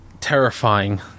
terrifying